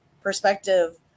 perspective